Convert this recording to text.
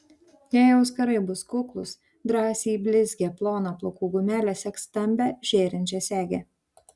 jei auskarai bus kuklūs drąsiai į blizgią ploną plaukų gumelę sek stambią žėrinčią segę